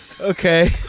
Okay